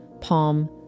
Palm